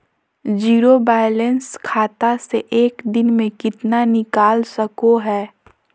Zero balance खाता से एक दिन में कितना निकाल सको है?